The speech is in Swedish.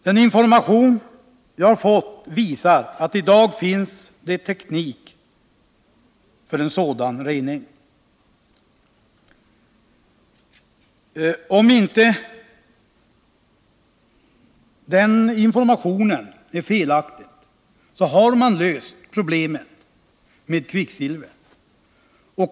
Den information som jag har fått visar att det i dag finns teknik för en sådan rening. Om inte den informationen är felaktig har man löst problemen med kvicksilvret.